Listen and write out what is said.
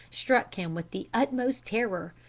struck him with the utmost terror.